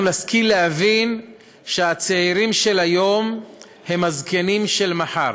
מתי אנחנו נשכיל להבין שהצעירים של היום הם הזקנים של מחר?